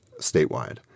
statewide